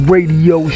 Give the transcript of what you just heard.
Radio